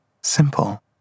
Simple